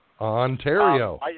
Ontario